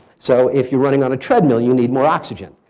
so if you're running on a treadmill, you need more oxygen.